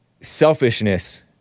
selfishness